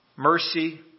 Mercy